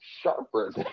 sharper